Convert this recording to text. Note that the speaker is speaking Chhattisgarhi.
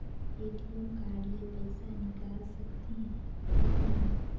ए.टी.एम कारड ले पइसा निकाल सकथे थव कौन?